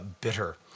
bitter